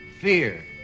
fear